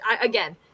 again